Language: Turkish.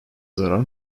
zarar